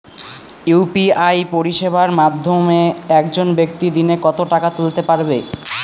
UPI পরিষেবার মাধ্যমে একজন ব্যাক্তি দিনে কত টাকা তুলতে পারবে?